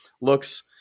looks